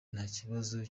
ntakibazo